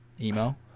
email